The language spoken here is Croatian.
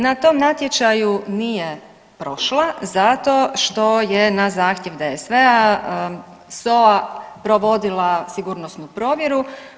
Na tom natječaju nije prošla zato što je na zahtjev DSV-a SOA provodila sigurnosnu provjeru.